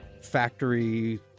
factory